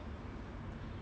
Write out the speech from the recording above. I don't want to